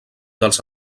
dels